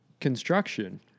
construction